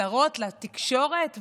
הצהרות לתקשורת ופופוליזם,